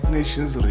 Nation's